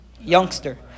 youngster